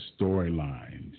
storylines